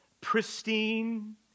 pristine